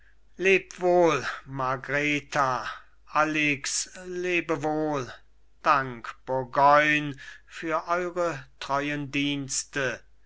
leb wohl margreta alix lebe wohl dank bourgoyn für eure treuen dienste